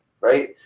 right